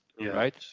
right